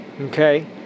okay